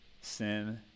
Sin